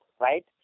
right